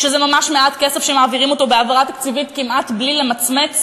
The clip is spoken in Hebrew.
שזה ממש מעט כסף שמעבירים אותו בהעברה תקציבית כמעט בלי למצמץ?